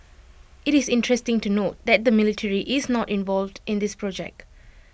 IT is interesting to note that the military is not involved in this project